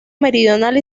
meridional